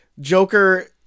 Joker